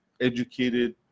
educated